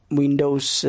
windows